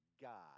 God